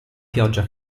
pioggia